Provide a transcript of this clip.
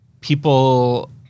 people